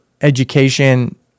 education